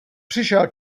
přišel